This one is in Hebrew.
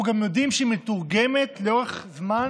אנחנו יודעים שלאורך זמן